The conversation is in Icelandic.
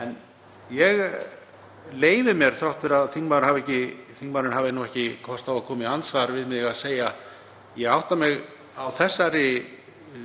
En ég leyfi mér, þrátt fyrir að þingmaðurinn hafi ekki kost á að koma í andsvar við mig, að segja: Ég átta mig á þessari